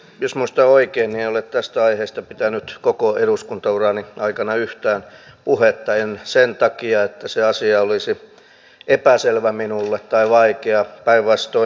jos muistan oikein niin en ole tästä aiheesta pitänyt koko eduskuntaurani aikana yhtään puhetta ei sen takia että se asia olisi epäselvä minulle tai vaikea päinvastoin